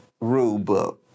rulebook